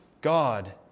God